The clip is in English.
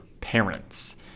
parents